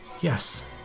Yes